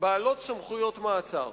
בעלות סמכויות מעצר.